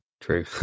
true